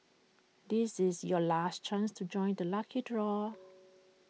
this is your last chance to join the lucky draw